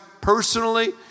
personally